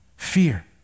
fear